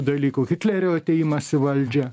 dalykų hitlerio atėjimas į valdžią